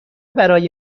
برای